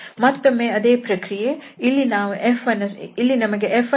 ಮತ್ತೊಮ್ಮೆ ಅದೇ ಪ್ರಕ್ರಿಯೆ ಇಲ್ಲಿ ನಮಗೆ F ಅನ್ನು ಸಹ ಕೊಟ್ಟಿದ್ದಾರೆ